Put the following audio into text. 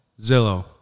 Zillow